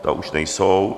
Ta už nejsou.